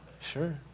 Sure